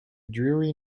dreary